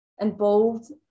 involved